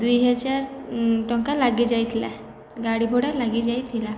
ଦୁଇ ହଜାର ଟଙ୍କା ଲାଗି ଯାଇଥିଲା ଗାଡ଼ି ଭଡ଼ା ଲାଗି ଯାଇଥିଲା